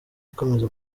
ikomeza